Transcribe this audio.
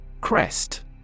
Crest